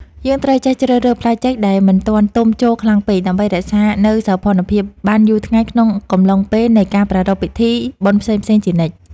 យើងត្រូវចេះជ្រើសរើសផ្លែចេកដែលមិនទាន់ទុំជោរខ្លាំងពេកដើម្បីរក្សានូវសោភ័ណភាពបានយូរថ្ងៃក្នុងកំឡុងពេលនៃការប្រារព្ធពិធី បុណ្យផ្សេងៗជានិច្ច។